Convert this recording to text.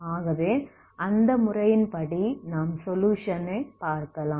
ஆகவே அந்த முறையைத் படி நாம் சொலுயுஷன் ஐ பார்க்கலாம்